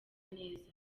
neza